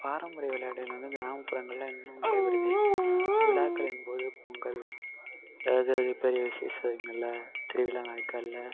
பாரம்பரிய விளையாட்டுகள் வந்து கிராமப்புறங்களில் இன்னும் நடைபெறுது விழாக்களின் போது பொங்கல் ஏதாவது பெரிய விசேஷங்களில் திருவிழா நாட்களில்